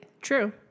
true